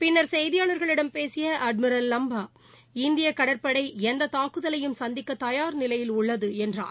பின்னா் செய்தியாளா்ளிடம் பேசிய அட்மிரல் லம்பா இந்திய கடற்படை எந்த தாக்குதலையும் சந்திக்க தயார் நிலையில் உள்ளது என்றார்